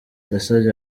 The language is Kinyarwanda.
yasabye